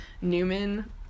Newman